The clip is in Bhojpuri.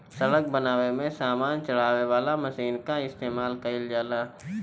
सड़क बनावे में सामान चढ़ावे वाला मशीन कअ इस्तेमाल कइल जाला